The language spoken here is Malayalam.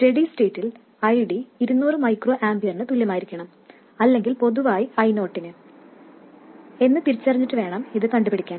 സ്റ്റഡി സ്റ്റേറ്റിൽ ID 200μAനു തുല്യമായിരിക്കണം അല്ലെങ്കിൽ പൊതുവായി I0നു എന്ന് തിരിച്ചറിഞ്ഞിട്ട് വേണം ഇത് കണ്ടുപിടിക്കാൻ